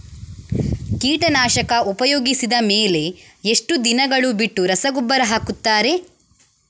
ಕೀಟನಾಶಕ ಉಪಯೋಗಿಸಿದ ಮೇಲೆ ಎಷ್ಟು ದಿನಗಳು ಬಿಟ್ಟು ರಸಗೊಬ್ಬರ ಹಾಕುತ್ತಾರೆ?